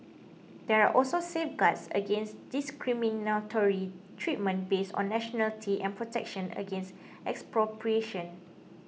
there are also safeguards against discriminatory treatment based on nationality and protection against expropriation